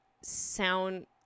sound